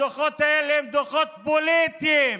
הדוחות האלה הם דוחות פוליטיים